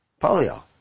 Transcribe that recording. polio